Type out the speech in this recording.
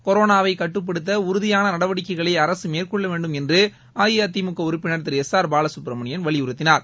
கொரோனாவை கட்டுப்படுத்த உறுதியான நடவடிக்கைகளை அரசு மேற்கொள்ள வேண்டும் என்று அஇஅதிமுக உறுப்பினர் திரு எஸ் ஆர் பாலசுப்ரமணியம் வலியுறுத்தினார்